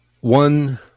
One